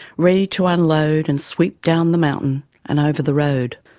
ready to unload and sweep down the mountain and over the road.